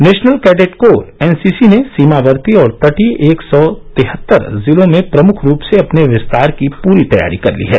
national cadet corps NCC ने सीमावर्ती और तटीय एक सौ तिहत्तर जिलों में प्रमुख रूप से अपने विस्तार की पूरी तैयारी कर ली है